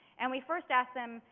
and we first asked them,